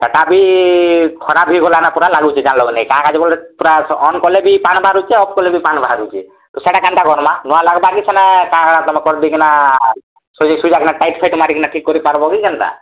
ହେଟା ବି ଖରାପ ହେଇଗଲାନା ପୁରା ଲାଗୁଛି ପୁରା ଅନ୍ କଲେ ବି ପାଣ୍ ବାହାରୁଛି ଅଫ୍ କଲେ ବି ପାଣ୍ ବାହାରୁଛି ତ ସେଇଟା କେନ୍ତା କର୍ବା ନୂଆ ଲଗ୍ବା କି କାଣା କରଦେଇକିନା ସଜେଇ ସୁଜାକିନା ଟାଇଟ୍ ଫାଇଟ୍ ମାରିକିନା ଠିକ୍ କର୍ ପାର୍ବ କେନ୍ତା